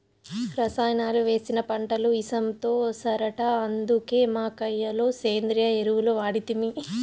రసాయనాలు వేసిన పంటలు ఇసంతో సరట అందుకే మా కయ్య లో సేంద్రియ ఎరువులు వాడితిమి